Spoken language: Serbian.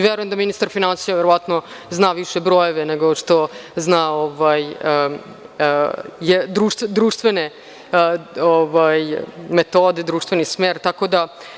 Verujem da ministar finansija verovatno zna više brojeve, nego što zna društvene metode i društveni smer, tako da…